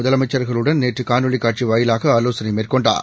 முதலமைச்சர்களுடன் நேற்றுகாணொளிகாட்சிவாயிலாகஆலோசனைமேற்கொண்டார்